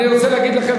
אני רוצה להגיד לכם,